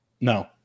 No